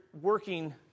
working